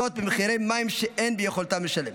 זאת במחירי מים שאין ביכולתם לשלם.